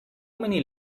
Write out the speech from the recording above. many